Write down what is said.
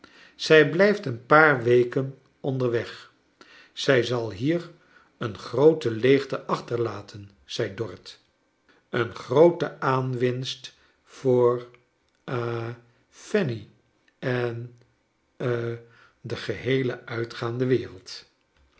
zij big ft een paar weken onderweg zij zal hier een groote leegte achterlaten zei dorrit een groote aanwinst voor ha fanny en na de geheele uitgaande wereld